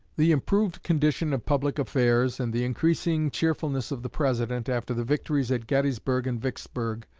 the improved condition of public affairs, and the increasing cheerfulness of the president, after the victories at gettysburg and vicksburg,